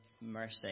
mercy